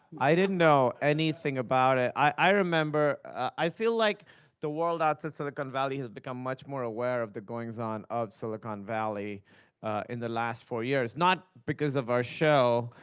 i didn't know anything about it. i remember i feel like the world outside silicon valley has become much more aware of the goings-on of silicon valley in the last four years. not because of our show,